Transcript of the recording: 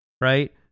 Right